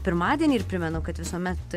pirmadienį ir primenu kad visuomet